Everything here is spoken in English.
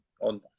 on